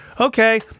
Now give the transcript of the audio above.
okay